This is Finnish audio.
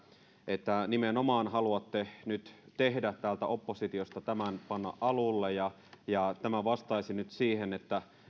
että nimenomaan haluatte nyt täältä oppositiosta tämän panna alulle ja ja että tämä vastaisi nyt siihen